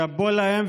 שאפו להם.